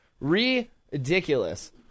ridiculous